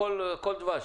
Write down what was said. הכל דבש,